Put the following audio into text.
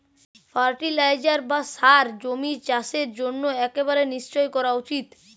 fertiliser বা সার জমির চাষের জন্য একেবারে নিশ্চই করা উচিত